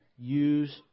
Use